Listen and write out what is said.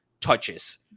touches